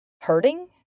hurting